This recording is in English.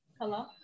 Hello